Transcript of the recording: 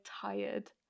tired